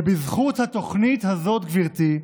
בזכות התוכנית הזאת, גברתי,